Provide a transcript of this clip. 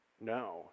no